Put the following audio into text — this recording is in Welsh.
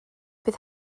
bydd